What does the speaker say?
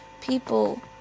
people